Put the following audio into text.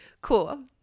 Cool